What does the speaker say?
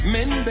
Men